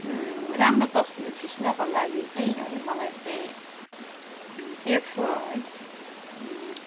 राम्रो तस्बिर खिच्नका लागि चाहिँ है मलाई चाहिँ तेर्सो है